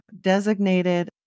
designated